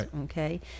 okay